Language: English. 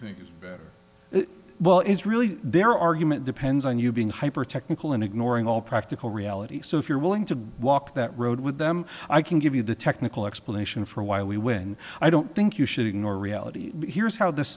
think well is really their argument depends on you being hyper technical and ignoring all practical reality so if you're willing to walk that road with them i can give you the technical explanation for why we when i don't think you should ignore reality here's how this